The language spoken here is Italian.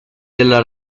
della